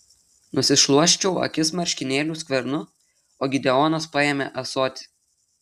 nusišluosčiau akis marškinėlių skvernu o gideonas paėmė ąsotį